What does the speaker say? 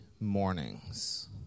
mornings